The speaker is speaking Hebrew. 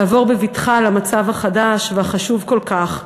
לעבור בבטחה למצב החדש והחשוב כל כך.